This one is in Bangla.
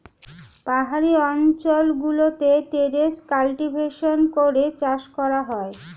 পাহাড়ি অঞ্চল গুলোতে টেরেস কাল্টিভেশন করে চাষ করা হয়